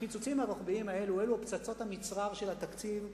הקיצוצים הרוחביים האלה הם פצצות המצרר של התקציב,